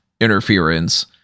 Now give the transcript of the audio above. interference